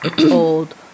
old